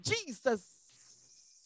Jesus